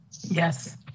Yes